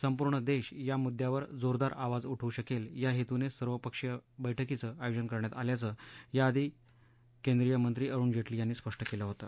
संपुर्ण देश या मुद्द्यावर जोरदार आवाज उठवू शकेल या हेतूने सर्वपक्षीय बैठकीचं आयोजन करण्यात आल्याचं याधीच केंद्रीय मंत्री अरुण जेटली यांनी स्पष्ट केलं होतं